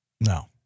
No